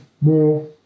more